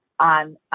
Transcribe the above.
On